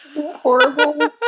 horrible